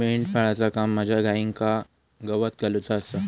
मेंढपाळाचा काम माझ्या गाईंका गवत घालुचा आसा